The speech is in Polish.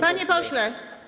Panie pośle!